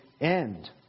end